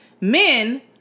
men